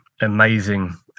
amazing